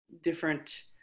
different